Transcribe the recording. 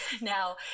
now